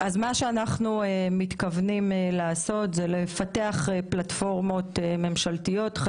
מה שאנחנו מתכוונים לעשות זה לפתח פלטפורמות ממשלתיות,